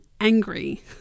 angry